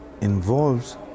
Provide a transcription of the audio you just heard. involves